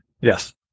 Yes